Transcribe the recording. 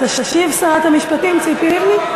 תשיב שרת המשפטים ציפי לבני?